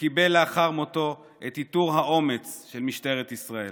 וקיבל לאחר מותו את עיטור האומץ של משטרת ישראל.